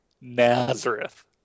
Nazareth